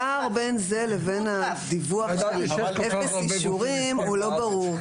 הפער בין זה לבין הדיווח על אפס אישורים הוא לא ברור,